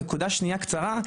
נקודה שנייה קצרה,